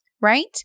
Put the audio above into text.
Right